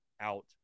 out